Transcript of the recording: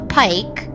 pike